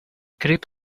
could